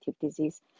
disease